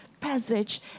passage